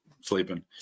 sleeping